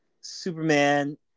Superman